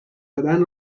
دادن